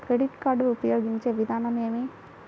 Credit card ఉపయోగించే విధానం ఏమి?